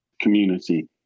community